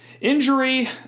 injury